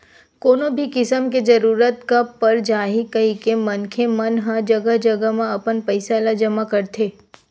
कोनो भी किसम के जरूरत कब पर जाही कहिके मनखे मन ह जघा जघा म अपन पइसा ल जमा करथे